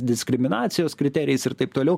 diskriminacijos kriterijais ir taip toliau